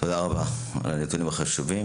ד"ר שלמה לבקוביץ',